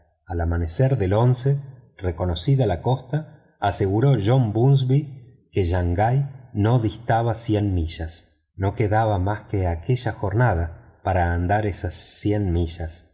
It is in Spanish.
al amanecer del reconocida la costa aseguró john bunsby que shangai no distaba cien millas no quedaba más que aquella jornada para andar esas cien millas